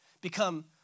become